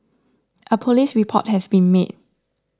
a police report has been made